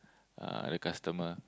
uh the customer